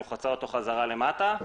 הוא חצה אותו חזרה למטה.